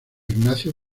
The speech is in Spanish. ignacio